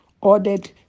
ordered